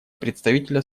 представителя